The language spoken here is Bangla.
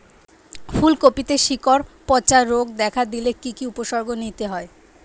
ফুলকপিতে শিকড় পচা রোগ দেখা দিলে কি কি উপসর্গ নিতে হয়?